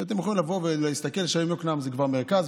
אתם יכולים לבוא ולראות שהיום יקנעם זה כבר מרכז,